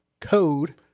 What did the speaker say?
code